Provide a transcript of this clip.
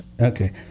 Okay